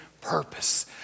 purpose